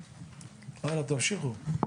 הלאה, תמשיכו.